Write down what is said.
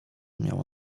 miało